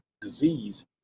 disease